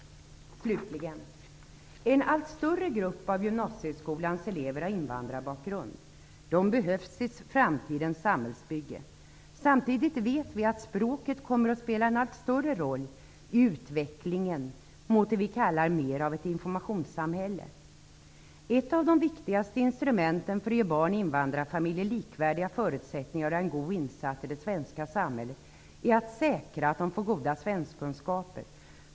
En allt större grupp av gymnasieskolans elever har invandrarbakgrund. De behövs i framtidens samhällsbygge. Samtidigt vet vi att språket kommer att spela en allt större roll i utvecklingen mot det vi kallar informationssamhälle. Ett av de viktigaste instrumenten för att ge barn i invandrarfamiljer likvärdiga förutsättningar att göra en god insats i det svenska samhället är att säkra att de får goda svenskakunskaper.